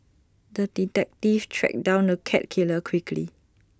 the detective tracked down the cat killer quickly